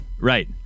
Right